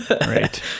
right